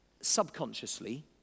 subconsciously